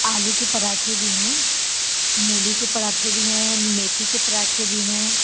आलू के पराँठे भी हैं मूली के पराँठे भी हैं मेथी के पराँठे भी हैं